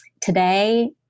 today